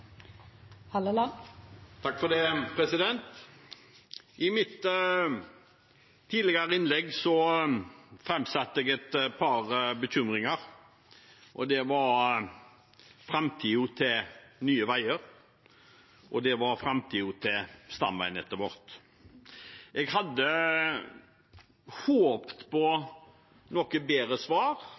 I mitt tidligere innlegg framsatte jeg et par bekymringer. Det gjaldt framtiden til Nye Veier, og det gjaldt framtiden til stamveinettet vårt. Jeg hadde håpet på noe bedre svar,